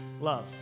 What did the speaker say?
love